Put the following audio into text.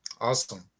Awesome